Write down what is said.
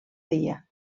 dia